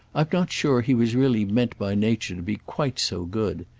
i'm not sure he was really meant by nature to be quite so good.